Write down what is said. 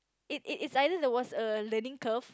it it's either there was a learning curve